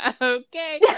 Okay